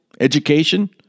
education